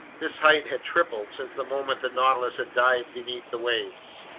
this height had tripled since the moment the nautilus had dived beneath the waves.